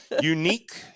unique